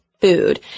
food